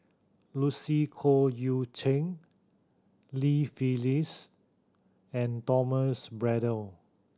Lucy Koh Eu Cheng Li Phyllis and Thomas Braddell